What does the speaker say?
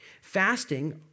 Fasting